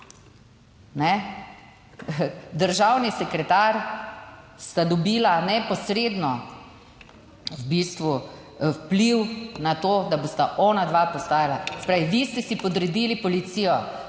državni sekretar sta dobila neposredno v bistvu vpliv na to, da bosta onadva postala, se pravi, vi ste si podredili policijo,